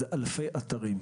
זה אלפי אתרים.